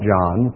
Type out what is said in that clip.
John